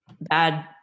bad